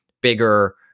bigger